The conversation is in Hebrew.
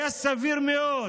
היה סביר מאוד